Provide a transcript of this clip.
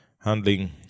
handling